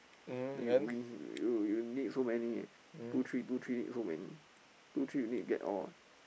then you win you you need so many two three two three need so many two three you need to get all